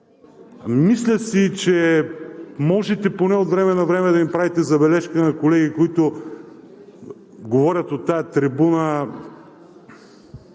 Мисля си, че можете поне от време на време да правите забележка на колеги, които говорят от тази трибуна